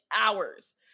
hours